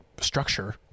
structure